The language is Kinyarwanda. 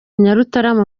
nyarutarama